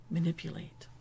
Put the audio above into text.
manipulate